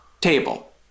table